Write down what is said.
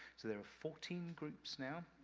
so, there are fourteen groups now,